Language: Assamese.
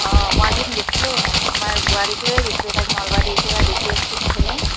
অ মই এদিন গেছিলোঁ আমাৰ বোৱাৰীক লৈয়ে গৈছিলোঁ তাইক নলবাৰী নি পেলাই